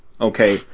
Okay